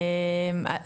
נכון.